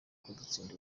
kudutsinda